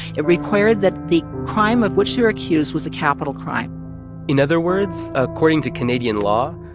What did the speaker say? it required that the crime of which they were accused was a capital crime in other words, according to canadian law,